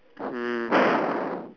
mm